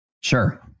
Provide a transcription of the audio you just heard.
Sure